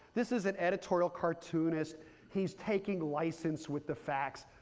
this is an editorial cartoon as he's taking license with the facts.